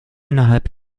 innerhalb